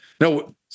no